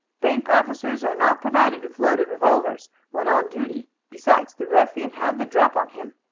bank officers are not provided with loaded revolvers when on duty. besides, the ruffian had the drop on him.